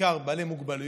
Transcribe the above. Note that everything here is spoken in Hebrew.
בעיקר של בעלי מוגבלויות,